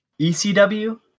ECW